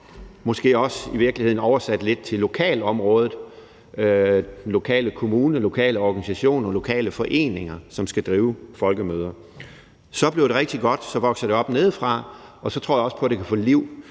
måske i virkeligheden også oversættes lidt til lokalområdet, den lokale kommune, den lokale organisation og de lokale foreninger – som skal drive folkemøder. Så bliver det rigtig godt, så vokser det op nedefra, og så tror jeg også på, at det kan få liv.